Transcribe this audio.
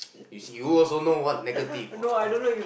you see you also know what's negative what